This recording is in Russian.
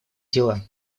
дела